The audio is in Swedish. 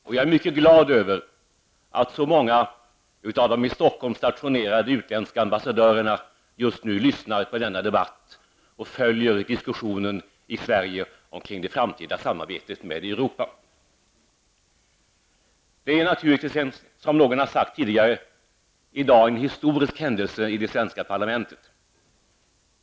Och jag är mycket glad över att så många av de i Stockholm stationerade utländska ambassadörerna just nu lyssnar på denna debatt och följer diskussionen i Sverige omkring det framtida samarbetet med Europa. Det är naturligtvis, som någon har sagt tidigare, i dag en historisk händelse i det svenska parlamentet.